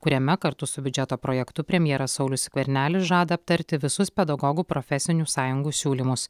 kuriame kartu su biudžeto projektu premjeras saulius skvernelis žada aptarti visus pedagogų profesinių sąjungų siūlymus